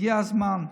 הגיע הזמן.